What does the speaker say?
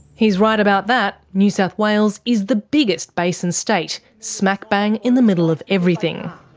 he's right about that, new south wales is the biggest basin state, smack-bang in the middle of everything.